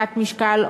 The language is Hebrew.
תת-משקל,